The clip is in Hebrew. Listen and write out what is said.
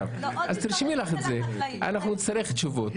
תרשמי לך את זה, אנחנו נצטרך תשובות.